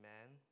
Amen